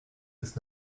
ist